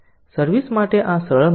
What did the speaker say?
service માટે આ સરળ માલ છે